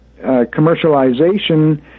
commercialization